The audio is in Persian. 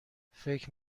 فکر